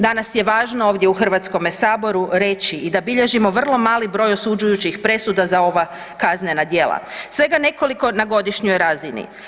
Danas je važno ovdje u Hrvatskome saboru reći i da bilježimo vrlo mali broj osuđujućih presuda za ova kaznena djela, svega nekoliko na godišnjoj razini.